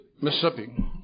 Mississippi